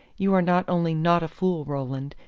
you are not only not a fool, roland,